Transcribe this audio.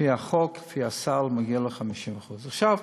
לפי החוק, לפי הסל, מגיע לו 50%. עכשיו,